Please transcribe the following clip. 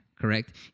correct